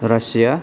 Russia